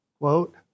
quote